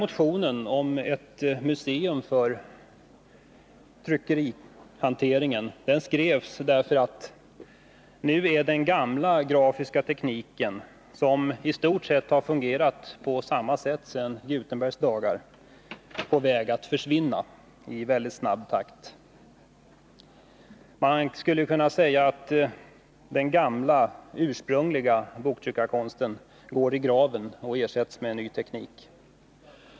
Motionen om ett museum för tryckerihanteringen skrevs därför att den gamla grafiska tekniken, som i stort sett har fungerat på samma sätt sedan Gutenbergs dagar, nu är på väg att försvinna i väldigt snabbt tempo. Man skulle kunna säga att den gamla, ursprungliga boktryckarkonsten går i graven och ersätts av en ny teknik.